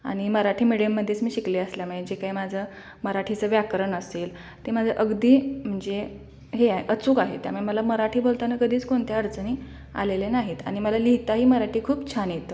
आणि मराठी मिडीयममध्येच मी शिकले असल्यामुळे जे काय माझं मराठीचं व्याकरण असेल ते माझं अगदी म्हणजे हे आहे अचूक आहे त्यामुळे मला मराठी बोलताना कधीच कोणत्या अडचणी आलेल्या नाहीत आणि मला लिहिताही मराठी खूप छान येतं